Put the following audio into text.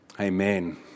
Amen